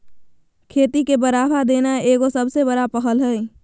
खेती के बढ़ावा देना एगो सबसे बड़ा पहल हइ